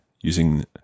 Using